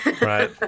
right